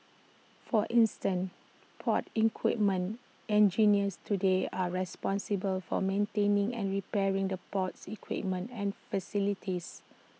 for instance port equipment engineers today are responsible for maintaining and repairing the port's equipment and facilities